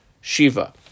Shiva